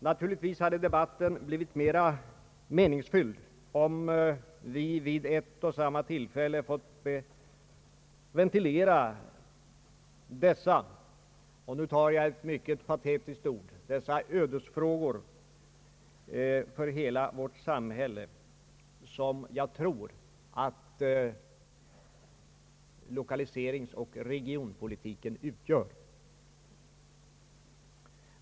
Naturligtvis hade debatten bli vit mera meningsfylld, om vi vid ett och samma tillfälle hade fått ventilera dessa — och nu tar jag ett mycket patetiskt ord i min mun — »ödesfrågor» för hela vårt samhälle som jag tror att lokaliseringsoch regionpolitiken utgör.